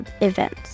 events